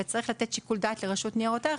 וצריך לתת שיקול דעת לרשות ניירות ערך,